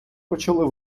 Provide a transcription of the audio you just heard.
почали